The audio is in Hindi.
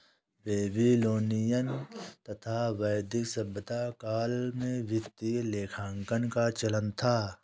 बेबीलोनियन तथा वैदिक सभ्यता काल में वित्तीय लेखांकन का चलन था